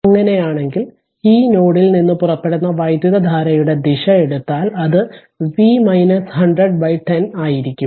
അങ്ങനെയാണെങ്കിൽ ഈ നോഡിൽ നിന്ന് പുറപ്പെടുന്ന വൈദ്യുതധാരയുടെ ദിശ എടുത്താൽ അത് V 100 10 ആയിരിക്കും